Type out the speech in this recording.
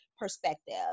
perspective